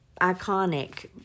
iconic